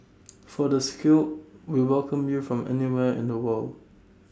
for the skill we welcome you from anywhere in the world